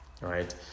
right